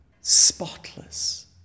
spotless